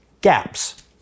gaps